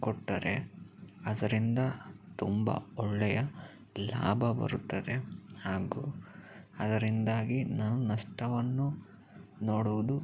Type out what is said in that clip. ಕೊಟ್ಟರೆ ಅದರಿಂದ ತುಂಬ ಒಳ್ಳೆಯ ಲಾಭ ಬರುತ್ತದೆ ಹಾಗೂ ಅದರಿಂದಾಗಿ ನಾನು ನಷ್ಟವನ್ನು ನೋಡುವುದು